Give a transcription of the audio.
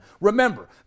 Remember